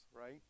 Right